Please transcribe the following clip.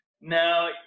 no